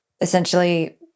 Essentially